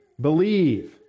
believe